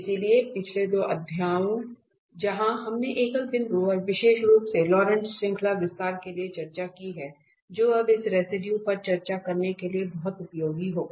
इसलिए पिछले दो अध्यायों जहां हमने एकल बिंदुओं और विशेष रूप से लॉरेंट श्रृंखला विस्तार के लिए चर्चा की है जो अब इस रेसिडुए पर चर्चा करने के लिए बहुत उपयोगी होगा